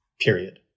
period